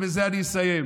ובזה אני אסיים,